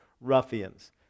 ruffians